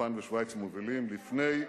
יפן ושווייץ מובילות, לפני אוסטרליה,